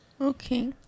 Okay